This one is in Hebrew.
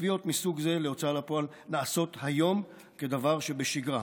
ותביעות מסוג זה להוצאה לפועל נעשות היום כדבר שבשגרה.